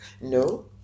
No